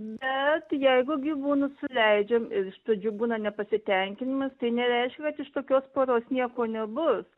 bet jeigu gyvūnus suleidžiam ir iš pradžių būna nepasitenkinimas tai nereiškia kad iš tokios poros nieko nebus